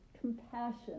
compassion